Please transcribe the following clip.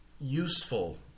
useful